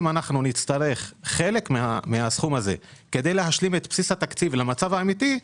אם אנחנו נצטרך חלק מהסכום הזה כדי להשלים את בסיס התקציב למצב האמיתי,